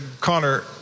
Connor